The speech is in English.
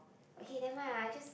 okay never mind ah I just